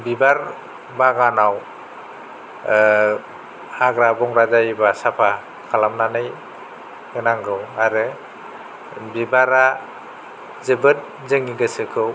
बिबार बागानाव हाग्रा बंग्रा जायोबा साफा खालामनानै होनांगौ आरो बिबारा जोबोद जोंनि गोसोखौ